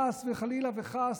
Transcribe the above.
חס וחלילה וחס,